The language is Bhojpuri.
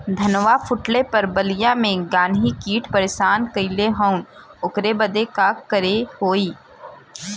धनवा फूटले पर बलिया में गान्ही कीट परेशान कइले हवन ओकरे बदे का करे होई?